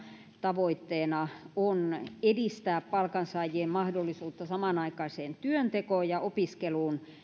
tavoitteena on edistää palkansaajien mahdollisuutta samanaikaiseen työntekoon ja opiskeluun